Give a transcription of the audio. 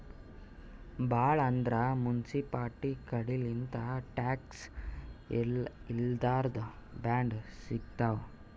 ಭಾಳ್ ಅಂದ್ರ ಮುನ್ಸಿಪಾಲ್ಟಿ ಕಡಿಲಿಂತ್ ಟ್ಯಾಕ್ಸ್ ಇರ್ಲಾರ್ದ್ ಬಾಂಡ್ ಸಿಗ್ತಾವ್